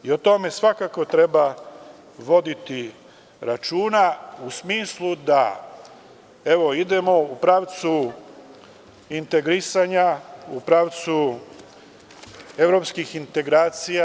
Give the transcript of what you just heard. O tome svakako treba voditi računa u smislu da, evo idemo u pravcu integrisanja, u pravcu evropskih integracija.